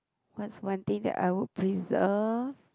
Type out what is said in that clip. what's one thing that I would preserve